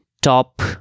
top